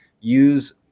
use